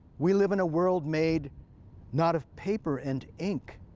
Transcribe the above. we live in a world made not of paper and ink,